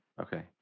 Okay